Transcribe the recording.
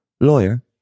Lawyer